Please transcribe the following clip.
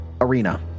arena